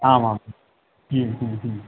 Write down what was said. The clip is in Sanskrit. आम् आमाम्